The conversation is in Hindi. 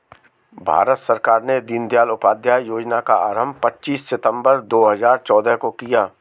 भारत सरकार ने दीनदयाल उपाध्याय योजना का आरम्भ पच्चीस सितम्बर दो हज़ार चौदह को किया